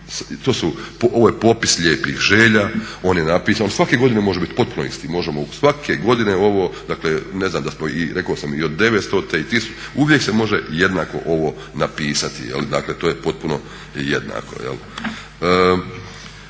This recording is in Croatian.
to su, ovo je popis slijepih želja. On je napisan, on svake godine može biti potpuno isti. Možemo svake godine ovo, dakle ne znam da smo, rekao sam i od 9 stote i tisuću uvijek se može jednako ovo napisati. Dakle, to je potpuno jednako.